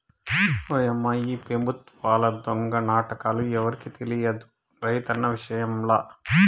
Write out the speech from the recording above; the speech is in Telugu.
ఓయమ్మా ఈ పెబుత్వాల దొంగ నాటకాలు ఎవరికి తెలియదు రైతన్న విషయంల